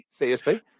CSP